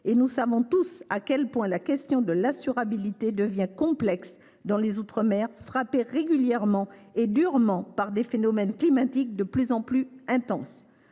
Nous savons tous combien la question de l’assurabilité devient complexe dans les outre mer, frappés régulièrement et durement par des phénomènes climatiques de plus en plus intenses.